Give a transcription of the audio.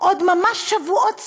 עוד ממש שבועות ספורים,